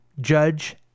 judge